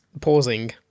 pausing